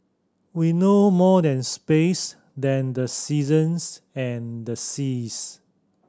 we know more than space than the seasons and the seas